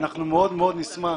נשמח